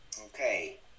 Okay